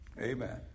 amen